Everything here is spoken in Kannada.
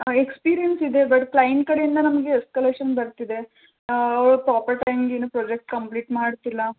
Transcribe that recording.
ಹಾಂ ಎಕ್ಸ್ಪೀರಿಯೆನ್ಸ್ ಇದೆ ಬಟ್ ಕ್ಲೈಂಟ್ ಕಡೆಯಿಂದ ನಮಗೆ ಎಸ್ಕಲೇಷನ್ ಬರ್ತಿದೆ ಅವ್ರು ಪ್ರೋಪರ್ ಟೈಮಿಗೆ ಏನು ಪ್ರಾಜೆಕ್ಟ್ ಕಂಪ್ಲೀಟ್ ಮಾಡ್ತಿಲ್ಲ